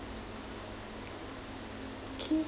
okay